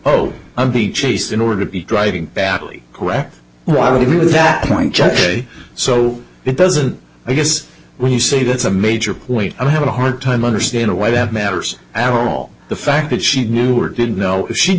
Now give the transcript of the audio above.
oh i'd be chased in order to be driving badly correct well i would agree with that point just say so it doesn't i guess when you say that's a major point i have a hard time understanding why that matters at all the fact that she knew or didn't know she'd